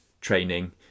training